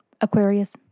Aquarius